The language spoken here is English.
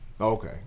Okay